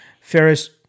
Ferris